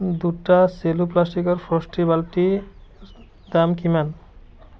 দুটা চেলো প্লাষ্টিকৰ ফ্ৰষ্টি বাল্টি দাম কিমান